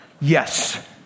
Yes